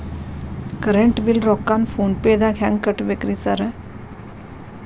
Current bill ರೊಕ್ಕಾನ phone ಪೇದಾಗ ಹೆಂಗ್ ಕಟ್ಟಬೇಕ್ರಿ ಸರ್?